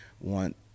want